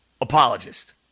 apologist